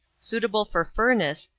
suitable for furnace,